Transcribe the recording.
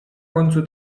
końcu